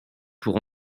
pour